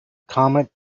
comet